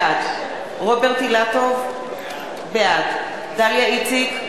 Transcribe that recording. בעד רוברט אילטוב, בעד דליה איציק,